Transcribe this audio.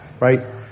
right